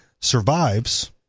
survives